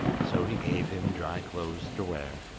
so he gave him dry clothes to wear,